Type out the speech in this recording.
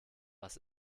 was